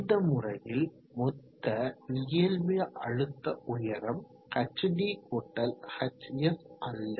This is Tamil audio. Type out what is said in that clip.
இந்த முறையில் மொத்த இயல்பிய அழுத்த உயரம் hd hs அல்ல